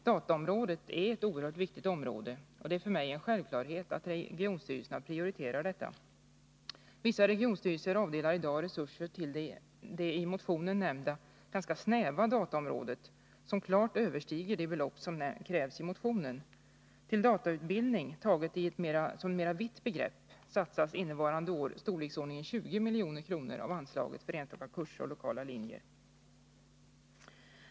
Dataområdet är ett oerhört viktigt område, och det är för mig en självklarhet att regionstyrelserna prioriterar detta. Vissa regionstyrelser avdelar i dag resurser till det i motionen nämnda, ganska snäva, dataområdet som klart överstiger de belopp som krävs i motionen. Till datautbildningen, taget som ett mera vitt begrepp, satsas innevarande år ungefär 20 milj.kr. av anslaget för enstaka kurser och lokala linjer.